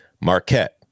Marquette